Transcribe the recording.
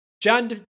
John